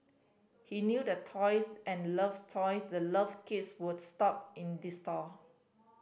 he knew the toys and loves toys the loved kids who would shop in the store